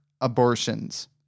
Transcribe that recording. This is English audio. abortions